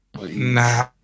Nah